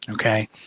okay